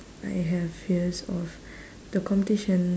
I have fears of the competition